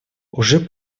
уже